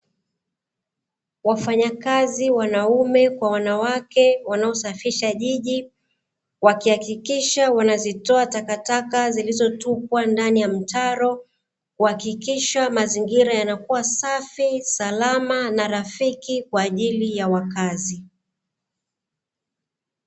Wafanyakazi wanaume kwa wanawake wanaosafisha jiji wakihakikisha wanazitoa takataka zilizotupwa ndani ya mtaro, kuhakikisha mazingira yanakuwa safi, salama, na rafiki kwaajili ya wakazi.